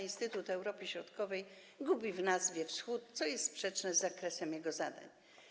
Instytut Europy Środkowej gubi w nazwie Wschód, co jest sprzeczne z zakresem jego zadań.